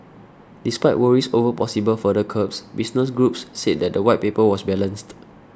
despite worries over possible further curbs business groups said that the White Paper was balanced